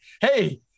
hey